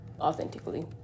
authentically